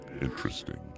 interesting